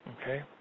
okay